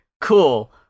cool